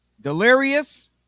delirious